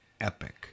epic